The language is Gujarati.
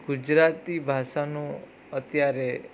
ગુજરાતી ભાષાનું અત્યારે